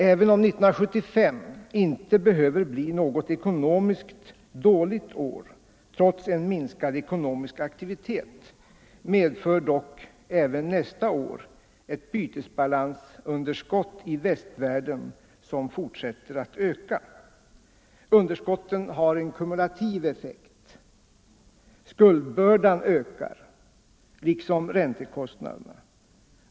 Även om 1975 inte behöver bli något ekonomiskt dåligt år, trots en minskad ekonomisk aktivitet, medför dock även nästa år att bytesbalansunderskotten i västvärlden fortsätter att öka. Underskotten har en kumulativ effekt. Skuldbördan ökar liksom räntekostnaderna.